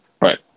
right